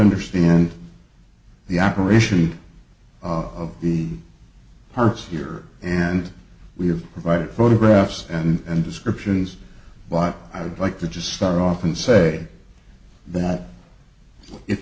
understand the operation of the parts here and we have provided photographs and descriptions but i would like to just start off and say that if